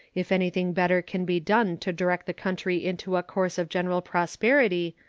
if anything better can be done to direct the country into a course of general prosperity,